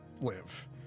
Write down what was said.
live